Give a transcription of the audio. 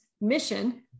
mission